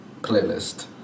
playlist